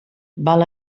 val